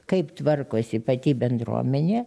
kaip tvarkosi pati bendruomenė